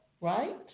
right